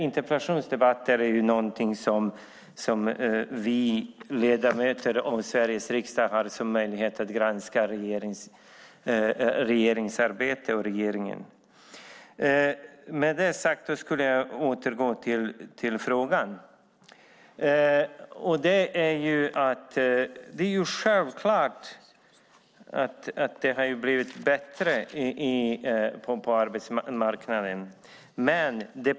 Interpellationsdebatter är någonting som vi ledamöter av Sveriges riksdag har som möjlighet att granska regeringsarbetet och regeringen. Med det sagt skulle jag vilja återgå till frågan. Det är självklart att det har blivit bättre på arbetsmarknaden.